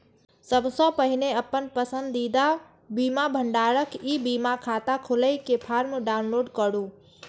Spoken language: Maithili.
सबसं पहिने अपन पसंदीदा बीमा भंडारक ई बीमा खाता खोलै के फॉर्म डाउनलोड करू